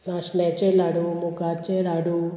नाशण्याचें लाडू मुखाचें लाडू